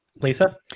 Lisa